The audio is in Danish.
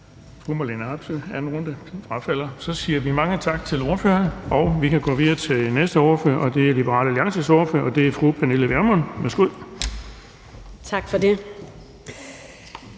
Så siger vi mange tak til ordføreren, og vi kan gå videre til næste ordfører. Det er Liberal Alliances ordfører, og det er fru Pernille Vermund. Værsgo. Kl.